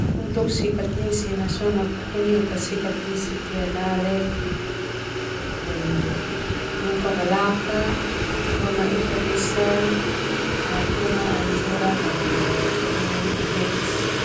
Untuk sikat nisik sona sikat nisik uluk dea boma ita bisa tunga anjuran neme uma hedis.